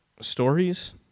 stories